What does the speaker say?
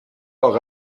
eure